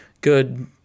good